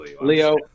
Leo